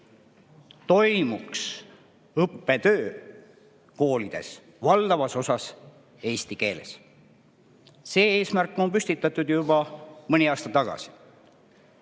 toimuks õppetöö koolides valdavas osas eesti keeles. See eesmärk on püstitatud juba mõni aasta tagasi. Nendes